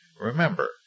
Remember